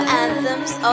anthems